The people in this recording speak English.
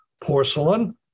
porcelain